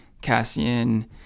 Cassian